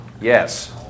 yes